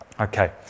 Okay